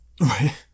Right